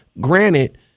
Granted